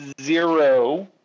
zero